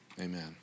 amen